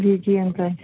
जी जी अंकल